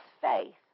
faith